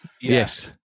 Yes